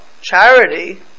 charity